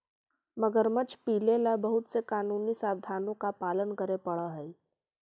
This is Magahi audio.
मगरमच्छ पीले ला बहुत से कानूनी प्रावधानों का पालन करे पडा हई